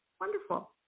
wonderful